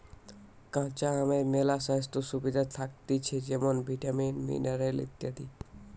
কাঁচা আমের মেলা স্বাস্থ্য সুবিধা থাকতিছে যেমন ভিটামিন, মিনারেল ইত্যাদি